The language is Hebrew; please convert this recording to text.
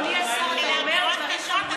אדוני השר, אתה אומר דברים חמורים.